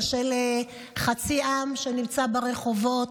קשה לחצי עם שנמצא ברחובות.